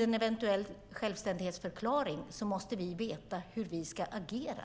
en eventuell självständighetsförklaring måste vi veta hur vi ska agera.